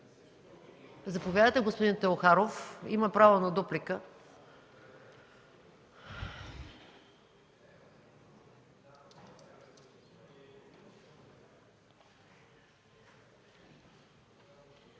Заповядайте, господин Теохаров, имате право на дуплика.